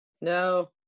No